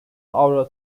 avro